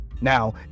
Now